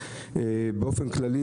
באופן כללי,